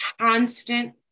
constant